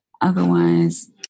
Otherwise